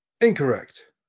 Incorrect